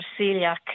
celiac